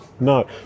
No